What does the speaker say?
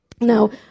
Now